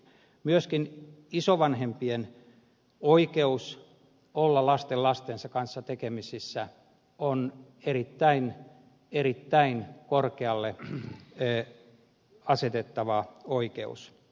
myöskin isovanhempien oikeus olla lastenlastensa kanssa tekemisissä on erittäin erittäin korkealle asetettava oikeus